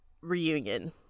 reunion